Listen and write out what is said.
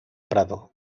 prado